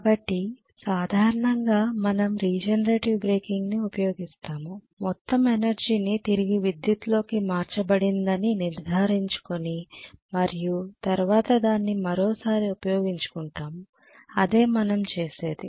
కాబట్టి సాధారణంగా మనం రీజనరేటివ్ బ్రేకింగ్ను ఉపయోగిస్తాము మొత్తం ఎనర్జీని తిరిగి విద్యుత్తులోకి మార్చబడిందని నిర్ధారించుకొని మరియు తరువాత దాన్ని మరోసారి ఉపయోగించుకుంటాము అదే మనం చేసేది